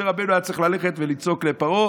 משה רבנו היה צריך ללכת ולצעוק לפרעה,